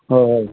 হয় হয়